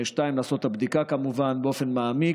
2. לעשות את הבדיקה כמובן באופן מעמיק.